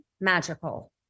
magical